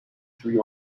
through